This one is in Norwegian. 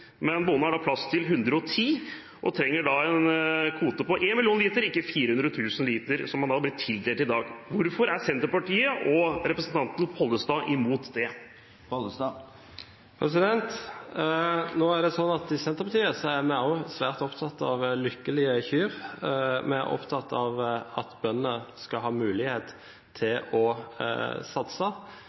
men trenger da en kvote på 1 million liter, ikke 400 000 liter, som han blir tildelt i dag. Hvorfor er Senterpartiet og representanten Pollestad imot det? Nå er det sånn at i Senterpartiet er vi også svært opptatt av lykkelige kyr. Vi er opptatt av at bøndene skal ha mulighet til å satse.